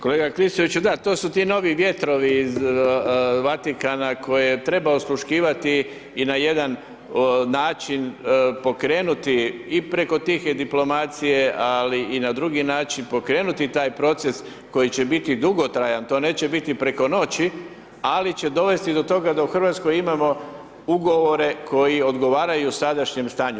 Kolega Klisoviću, da to su ti neki novi vjetrovi iz Vatikana koje treba osluškivati i na jedan način pokrenuti i preko tihe diplomacije, ali i na drugi način pokrenuti taj proces koji će biti dugotrajan, to neće biti preko noći, ali će dovesti do toga da u Hrvatskoj imamo ugovore koji odgovaraju sadašnjem stanju.